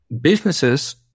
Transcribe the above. businesses